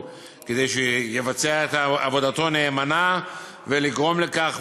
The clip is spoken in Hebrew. כדי שיבצע את עבודתו נאמנה ולגרום לכך.